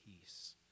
peace